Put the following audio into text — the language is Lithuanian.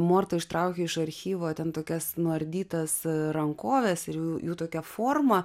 morta ištraukė iš archyvo ten tokias nuardytas rankoves ir jų jų tokia forma